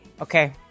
Okay